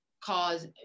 cause